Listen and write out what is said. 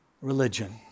religion